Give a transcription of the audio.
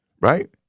right